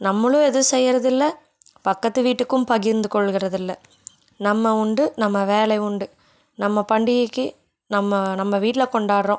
நம்மளும் எதுவும் செய்யறதில்ல பக்கத்து வீட்டுக்கும் பகிர்ந்து கொள்கிறதில்லை நம்ம உண்டு நம்ம வேலை உண்டு நம்ம பண்டிகைக்கு நம்ம நம்ம வீட்டில் கொண்டாடுறோம்